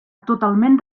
totalment